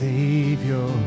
Savior